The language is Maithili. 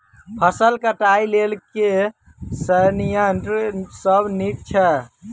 फसल कटाई लेल केँ संयंत्र सब नीक छै?